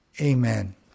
amen